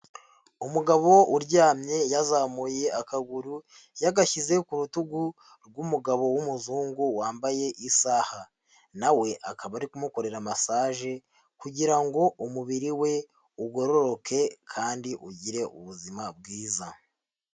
Umugabo uryamye yazamuye akaguru, yagashyize ku rutugu rw'umugabo w'umuzungu wambaye isaha, nawe akaba ari kumukorera masaje, kugira ngo umubiri we ugororoke kandi ugire ubuzima bwiza.